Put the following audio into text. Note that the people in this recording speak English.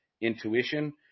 intuition